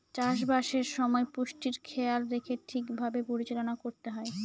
চাষবাসের সময় পুষ্টির খেয়াল রেখে ঠিক ভাবে পরিচালনা করতে হয়